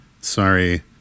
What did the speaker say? Sorry